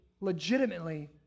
legitimately